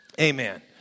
Amen